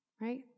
Right